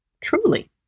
Truly